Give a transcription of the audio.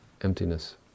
emptiness